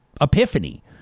epiphany